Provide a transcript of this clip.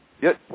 Yes